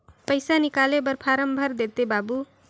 पइसा निकाले बर फारम भर देते बाबु?